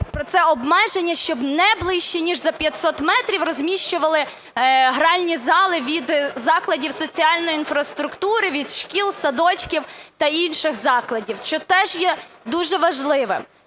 Це обмеження, щоб не ближче ніж за 500 метрів розміщували гральні зали від закладів соціальної інфраструктури, від шкіл, садочків та інших закладів, що теж є дуже важливим.